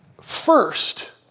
First